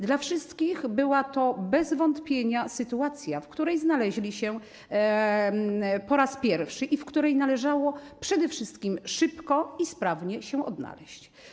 Dla wszystkich była to bez wątpienia sytuacja, w której znaleźli się po raz pierwszy i w której należało przede wszystkim szybko i sprawnie się odnaleźć.